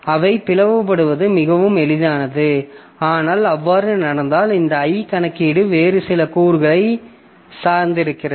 அவை பிளவுபடுவது மிகவும் எளிதானது ஆனால் அவ்வாறு நடந்தால் இந்த i கணக்கீடு வேறு சில கூறுகளை சார்ந்துள்ளது